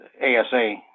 ASA